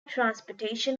transportation